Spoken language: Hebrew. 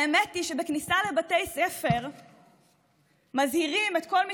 האמת היא שבכניסה לבתי ספר מזהירים את כל מי